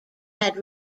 had